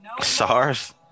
Sars